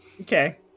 okay